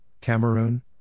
Cameroon